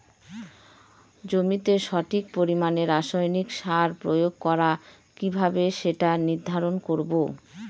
জমিতে সঠিক পরিমাণে রাসায়নিক সার প্রয়োগ করা কিভাবে সেটা নির্ধারণ করব?